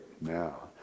now